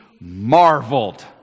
marveled